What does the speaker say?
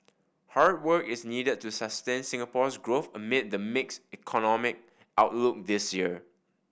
hard work is needed to sustain Singapore's growth amid the mixed economic outlook this year